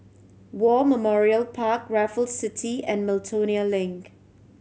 War Memorial Park Raffles City and Miltonia Link